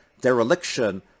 dereliction